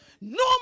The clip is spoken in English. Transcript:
No